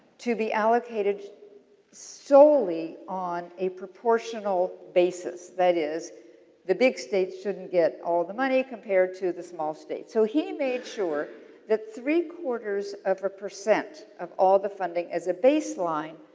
to be allocated solely on a proportional basis, that is the big states shouldn't get all the money compared to the small states. so, he made sure that three quarters of a percent of all the funding, as a baseline,